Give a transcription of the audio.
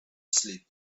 sleep